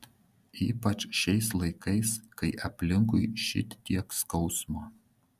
ypač šiais laikais kai aplinkui šitiek skausmo